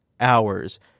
hours